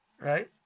Right